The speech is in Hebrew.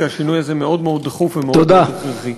כי השינוי הזה מאוד מאוד דחוף ומאוד מאוד הכרחי.